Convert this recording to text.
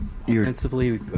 Offensively